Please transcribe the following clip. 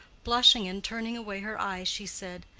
blushing and turning away her eyes, she said,